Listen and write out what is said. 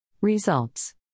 Results